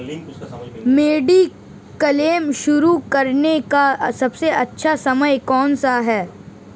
Mediclaim शुरू करने का सबसे अच्छा समय कौनसा है?